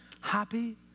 happy